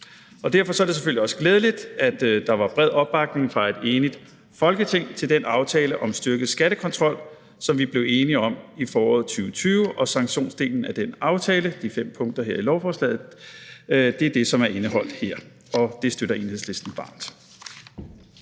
Derfor er det selvfølgelig også glædeligt, at der var bred opbakning fra et enigt Folketing til den aftale om en styrket skattekontrol, som vi blev enige om i foråret 2020, og sanktionsdelen af den aftale, de fem punkter her i lovforslaget, er det, som er indeholdt her, og det støtter Enhedslisten varmt.